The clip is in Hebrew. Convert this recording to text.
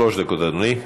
שלוש דקות, אדוני.